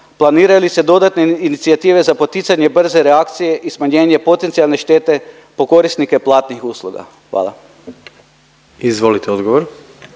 planiraju li se dodatne inicijative za poticanje brze reakcije i smanjenje potencijalne štete po korisnike platnih usluga? Hvala. **Jandroković,